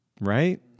right